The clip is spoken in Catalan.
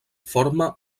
forma